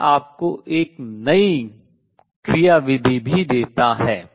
यह आपको एक नई क्रियाविधि भी देता है